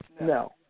No